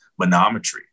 manometry